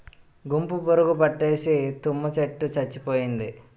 గుంపు పురుగు పట్టేసి తుమ్మ చెట్టు సచ్చిపోయింది